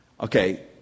Okay